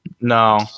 no